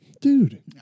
Dude